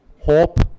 Hope